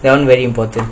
that one very important